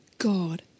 God